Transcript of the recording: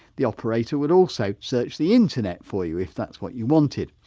the operator would also search the internet for you, if that's what you wanted.